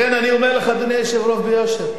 לכן, אני אומר לך, אדוני היושב-ראש, ביושר: